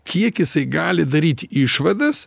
kiek jisai gali daryt išvadas